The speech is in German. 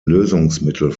lösungsmittel